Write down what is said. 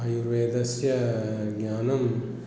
आयुर्वेदस्य ज्ञानम्